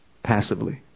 passively